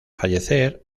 fallecer